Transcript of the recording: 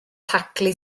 taclu